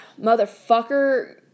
motherfucker